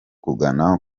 kugana